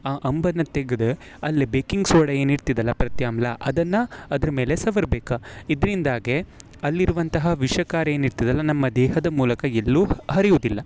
ಆ ಅಂಬನ್ನು ತೆಗ್ದು ಅಲ್ಲಿ ಬೇಕಿಂಗ್ ಸೋಡಾ ಏನು ಇರ್ತದಲ್ಲ ಪ್ರತ್ಯಾಮ್ಲ ಅದನ್ನು ಅದ್ರ ಮೇಲೆ ಸವರಬೇಕ ಇದರಿಂದಾಗೆ ಅಲ್ಲಿರುವಂತಹ ವಿಷಕಾರಿ ಏನಿರ್ತದಲ್ಲ ನಮ್ಮ ದೇಹದ ಮೂಲಕ ಎಲ್ಲೂ ಹರಿಯುವುದಿಲ್ಲ